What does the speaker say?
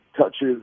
touches